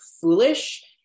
foolish